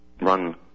run